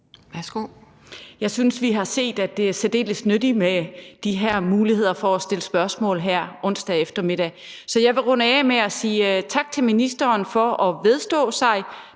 (V): Jeg synes, vi har set, at det er særdeles nyttigt med de her muligheder for at stille spørgsmål her onsdag eftermiddag. Så jeg vil runde af med at sige tak til ministeren for at vedstå sig